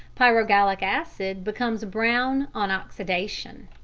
pyrogallic acid, becomes brown on oxidation.